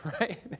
right